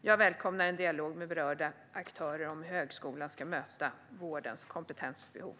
Jag välkomnar en dialog med berörda aktörer om hur högskolan ska möta vårdens kompetensbehov.